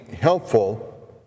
helpful